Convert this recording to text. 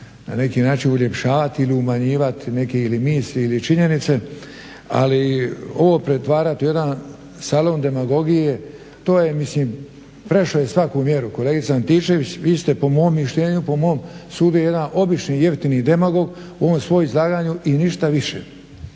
na neki način uljepšavati ili umanjivati neke ili misli ili činjenice ali ovo pretvarati u jedan salon demagogije to je mislim prešlo je svaku mjeru. Kolegice Antičević vi ste po mom mišljenju, po mom sudu jedan obični jeftini demagog u ovom svom izlaganju i ništa više,